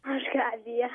aš gabija